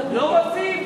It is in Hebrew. לא רוצים?